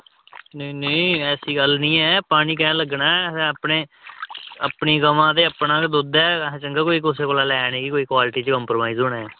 नेईं नेईं ऐसी गल्ल निं ऐ पानी कैंह् लग्गना असें अपने अपनी गवां ते अपना गै दुद्ध ऐ असें चंगा कोई कुसै कोला लैना कोई क्वालिटी च कम्प्रोमाइज़ होना ऐ